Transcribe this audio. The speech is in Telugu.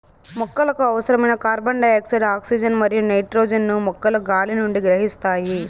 మొక్కలకు అవసరమైన కార్బన్డయాక్సైడ్, ఆక్సిజన్ మరియు నైట్రోజన్ ను మొక్కలు గాలి నుండి గ్రహిస్తాయి